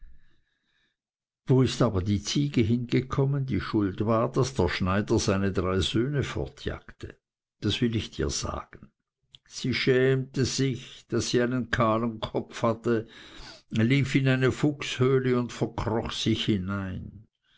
wo ist aber die ziege hingekommen die schuld war daß der schneider seine drei söhne fortjagte das will ich dir sagen sie schämte sich daß sie einen kahlen kopf hatte lief in eine fuchshöhle und verkroch sich hinein